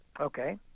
Okay